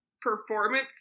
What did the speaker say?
performance